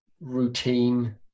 routine